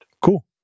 Cool